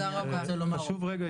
חשוב רגע,